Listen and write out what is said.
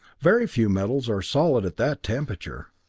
very few metals are solid at that temperature.